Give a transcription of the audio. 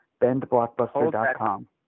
BendBlockbuster.com